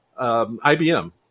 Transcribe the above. IBM